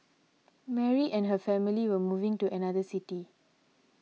Mary and her family were moving to another city